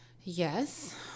Yes